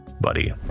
buddy